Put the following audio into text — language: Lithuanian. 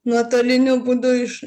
nuotoliniu būdu iš